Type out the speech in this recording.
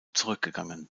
zurückgegangen